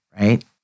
right